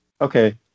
Okay